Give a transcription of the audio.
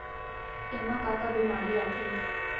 एमा का का बेमारी आथे?